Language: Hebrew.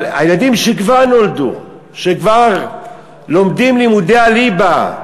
אבל הילדים שכבר נולדו, שכבר לומדים לימודי ליבה,